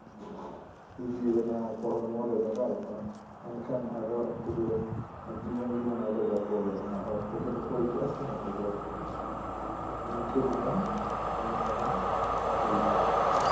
ᱡᱩᱫᱤ ᱚᱱᱟ ᱠᱚ ᱦᱚᱲᱢᱚ ᱨᱮ ᱞᱟᱜᱟᱣᱟᱠᱚᱣᱟ ᱮᱱᱠᱷᱟᱱ ᱟᱫᱚ ᱩᱱᱠᱩ ᱫᱚ ᱡᱤᱵᱚᱱ ᱡᱤᱵᱚᱱ ᱟᱫᱚ ᱵᱟᱠᱚ ᱚᱱᱟ ᱦᱚᱨ ᱛᱮᱫᱚ ᱵᱟᱠᱚ ᱦᱤᱡᱩᱜᱼᱟ ᱥᱮ ᱱᱚᱛᱮ ᱜᱮ ᱵᱟᱠᱚ ᱵᱚᱞᱚᱱᱟ ᱱᱤᱝᱠᱟᱹ ᱞᱮᱠᱟ ᱧᱮᱞ ᱵᱟᱲᱟ ᱦᱩᱭ ᱠᱟᱱᱟ